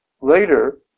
Later